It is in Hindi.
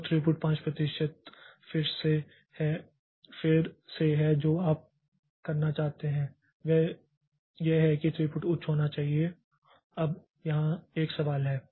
तो थ्रूपुट 5 प्रतिशत फिर से है जो आप करना चाहते हैं वह यह है कि थ्रूपुट उच्च होना चाहिए अब यहां एक सवाल है